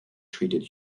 treated